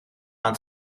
aan